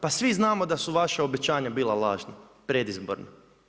Pa svi znamo da su vaša obećanja bila lažna predizborna.